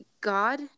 God